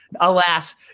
alas